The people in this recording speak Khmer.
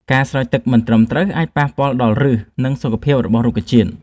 ការស្រោចទឹកមិនត្រឹមត្រូវអាចប៉ះពាល់ដល់ឫស និងសុខភាពរបស់រុក្ខជាតិ។